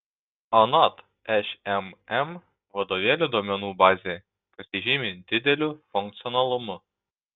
anot šmm vadovėlių duomenų bazė pasižymi dideliu funkcionalumu